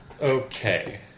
Okay